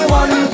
one